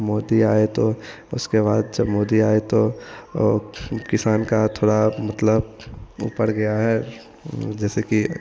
मोदी आए तो उसके बाद जब मोदी आए तो वह किसान का थोड़ा मतलब वह बढ़ गया है जैसे कि